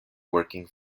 working